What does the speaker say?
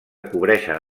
cobreixen